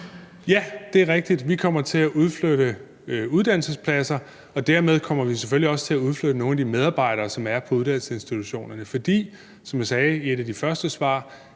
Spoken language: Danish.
Ja, det er rigtigt. Vi kommer til at udflytte uddannelsespladser, og dermed kommer vi selvfølgelig også til at udflytte nogle af de medarbejdere, som er på uddannelsesinstitutionerne. For som jeg sagde i et af de første svar,